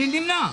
נמנע.